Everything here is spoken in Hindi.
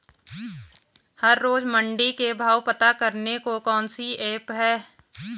हर रोज़ मंडी के भाव पता करने को कौन सी ऐप है?